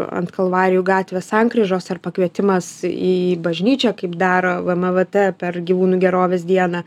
ant kalvarijų gatvės sankryžos ar pakvietimas į bažnyčią kaip dar vmvt per gyvūnų gerovės dieną